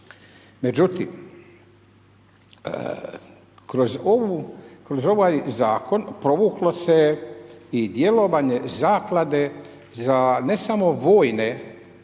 Međutim kroz ovaj zakon provuklo se i djelovanje zaklade za ne samo vojne